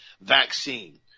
vaccine